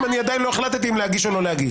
אם אני עדיין לא החלטתי אם להגיש או לא להגיש.